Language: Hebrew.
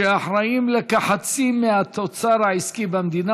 והם אחראים לכחצי מהתוצר העסקי במדינה